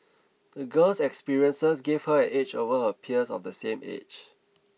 the girl's experiences gave her an edge over her peers of the same age